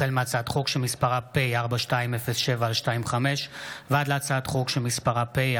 החל בהצעת חוק פ/4207/25 וכלה בהצעת חוק פ/4232/25: